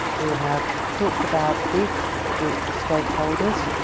we have talked about these groups of stakeholders